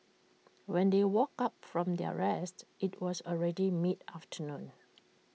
when they woke up from their rest IT was already mid afternoon